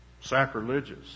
sacrilegious